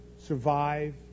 survive